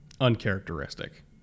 uncharacteristic